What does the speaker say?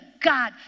God